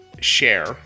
share